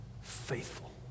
faithful